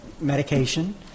medication